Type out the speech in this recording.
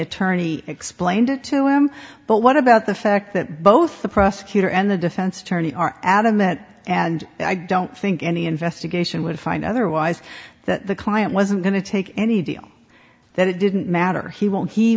attorney explained it to him but what about the fact that both the prosecutor and the defense attorney are adamant and i don't think any investigation would find otherwise that the client wasn't going to take any deal that it didn't matter he he won't he